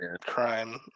crime